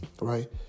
right